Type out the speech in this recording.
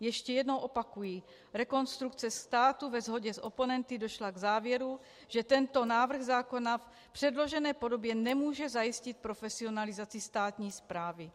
Ještě jednou opakuji Rekonstrukce státu ve shodě s oponenty došla k závěru, že tento návrh zákona v předložené podobě nemůže zajistit profesionalizaci státní správy.